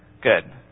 good